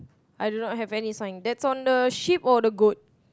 I do no have any sign that's on the sheep or on the goat